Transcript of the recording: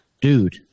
dude